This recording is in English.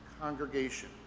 congregation